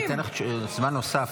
אני אתן לך זמן נוסף.